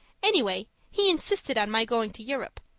anyway, he insisted on my going to europe.